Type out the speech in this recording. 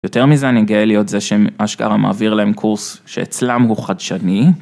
יותר מזה אני גאה להיות זה שאשכרה מעביר להם קורס שאצלם הוא חדשני.